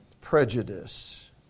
prejudice